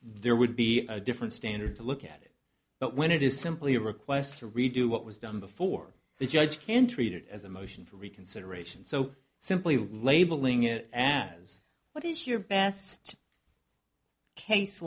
there would be a different standard to look at it but when it is simply a request to redo what was done before the judge can treat it as a motion for reconsideration so simply labeling it as what is your best case